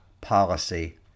policy